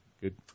Good